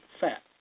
fat